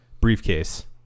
briefcase